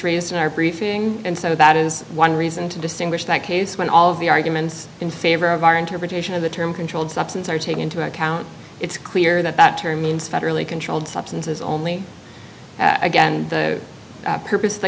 raised in our briefing and so that is one reason to distinguish that case when all of the arguments in favor of our interpretation of the term controlled substance are taking into account it's clear that that term means federally controlled substances only again the purpose